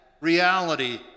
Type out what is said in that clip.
reality